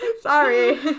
Sorry